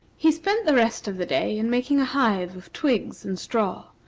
he spent the rest of the day in making a hive of twigs and straw,